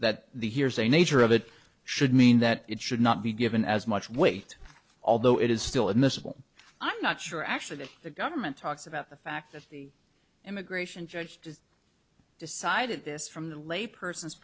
that the hearsay nature of it should mean that it should not be given as much weight although it is still in the civil i'm not sure actually that the government talks about the fact that the immigration judge has decided this from the lay person's